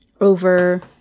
over